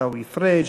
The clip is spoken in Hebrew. עיסאווי פריג',